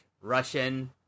russian